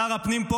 שר הפנים פה,